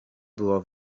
było